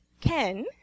Ken